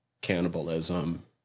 cannibalism